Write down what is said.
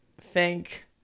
thank